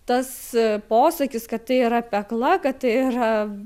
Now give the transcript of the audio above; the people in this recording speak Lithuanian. tas posakis kad tai yra pekla kad tai yra